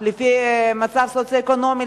לפי מצב סוציו-אקונומי,